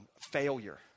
failure